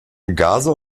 gase